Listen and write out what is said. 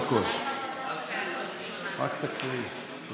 התשפ"ב 2022, עברה בקריאה